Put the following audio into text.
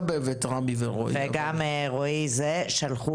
רמי בז'ה מפורום העצמאים, וגם רועי כהן, שלחו